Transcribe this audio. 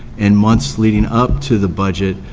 and months leading up to the budget,